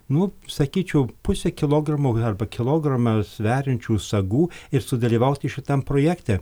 nu sakyčiau pusę kilogramo arba kilogramą sveriančių sagų ir sudalyvauti šitam projekte